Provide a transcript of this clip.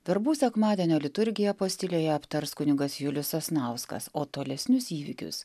verbų sekmadienio liturgiją postilėje aptars kunigas julius sasnauskas o tolesnius įvykius